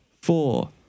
four